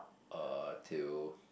uh till